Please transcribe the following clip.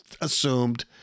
assumed